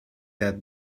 that